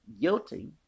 guilty